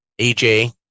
AJ